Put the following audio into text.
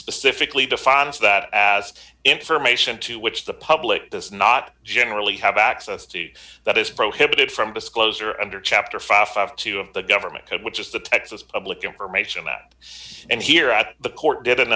specifically defined as that as information to which the public does not generally have access to that is prohibited from disclosure under chapter fifty two of the government code which is the texas public information that and here at the court did an